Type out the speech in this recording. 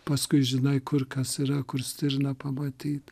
paskui žinai kur kas yra kur stirną pamatyt